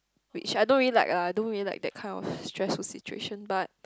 which I don't really like ah I don't really like that kind of stressful situation but